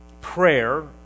prayer